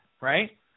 right